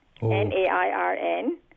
N-A-I-R-N